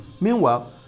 Meanwhile